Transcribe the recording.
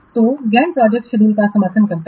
तो Gantt project scheduling का समर्थन करता है